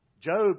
Job